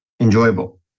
enjoyable